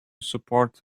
support